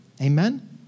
Amen